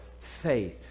faith